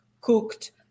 cooked